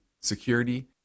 security